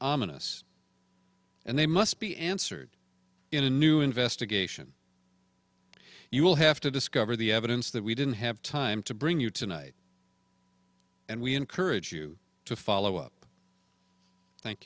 ominous and they must be answered in a new investigation you will have to discover the evidence that we didn't have time to bring you tonight and we encourage you to follow up thank